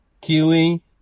Kiwi